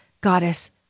goddess